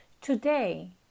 Today